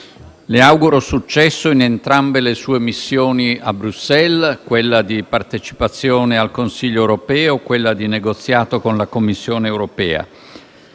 le auguro successo in entrambe le sue missioni a Bruxelles: quella di partecipazione al Consiglio europeo e quella di negoziato con la Commissione europea.